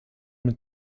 mit